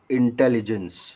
intelligence